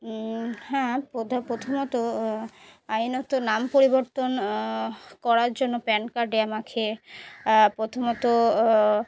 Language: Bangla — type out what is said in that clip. হ্যাঁ প্রধ প্রথমত আইনত নাম পরিবর্তন করার জন্য প্যান কার্ডে আমাকেই প্রথমত